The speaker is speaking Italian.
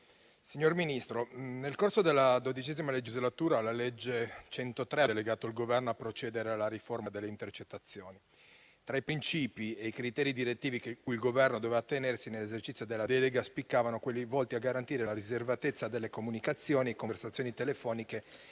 Signor Ministro, nel corso della XII legislatura, la legge 103 ha delegato il Governo a procedere alla riforma delle intercettazioni. Tra i principi e i criteri direttivi cui il Governo doveva attenersi nell'esercizio della delega spiccavano quelli volti a garantire la riservatezza delle comunicazioni e conversazioni telefoniche